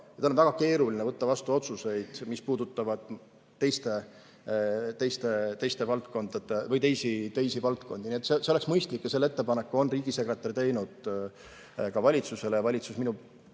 tal on väga keeruline võtta vastu otsuseid, mis puudutavad teisi valdkondi. Nii et see oleks mõistlik ja selle ettepaneku on riigisekretär teinud ka valitsusele. Ja valitsus minu